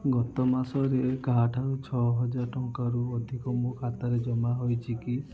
ଗତ ମାସରେ କାହାଠାରୁ ଛଅହଜାର ଟଙ୍କାରୁ ଅଧିକ ମୋ ଖାତାରେ ଜମା ହୋଇଛି କି